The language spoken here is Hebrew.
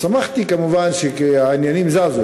ושמחתי כמובן שהעניינים זזו,